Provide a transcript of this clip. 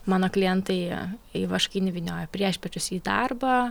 mano klientai į vaškinį vynioja priešpiečius į darbą